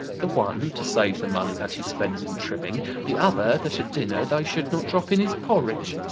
the one, to save the money that he spends in tiring the other, that at dinner they should not drop in his porridge.